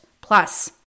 Plus